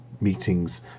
meetings